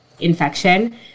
infection